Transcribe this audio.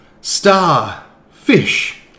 starfish